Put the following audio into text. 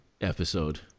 episode